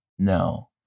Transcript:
No